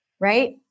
right